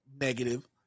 negative